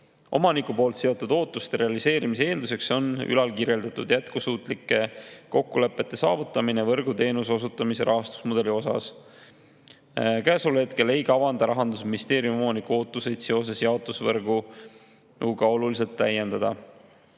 Omaniku seatud ootuste realiseerimise eelduseks on ülalkirjeldatud jätkusuutlike kokkulepete saavutamine võrguteenuse osutamise rahastusmudeli osas. Käesoleval hetkel ei kavanda Rahandusministeerium omaniku ootuseid seoses jaotusvõrguga oluliselt täiendada.